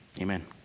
amen